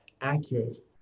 accurate